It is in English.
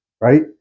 right